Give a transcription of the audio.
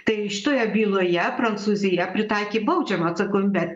tai šitoje byloje prancūzija pritaikė baudžiamą atsakomybę